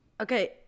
okay